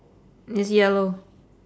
it's yellow